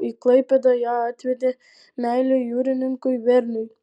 į klaipėdą ją atvedė meilė jūrininkui verniui